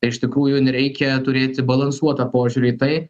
ir iš tikrųjų reikia turėti balansuotą požiūrį į tai